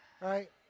Right